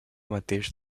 mateix